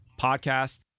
podcast